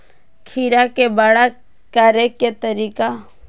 खीरा के बड़ा करे के तरीका?